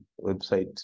website